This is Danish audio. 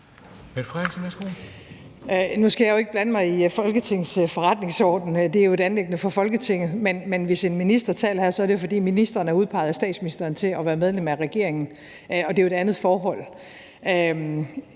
Nu skal jeg jo ikke blande mig i Folketingets forretningsorden, det er jo et anliggende for Folketinget, men hvis en minister taler her, er det, fordi ministeren er udpeget af statsministeren til at være medlem af regeringen, og det er jo et andet forhold.